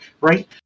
right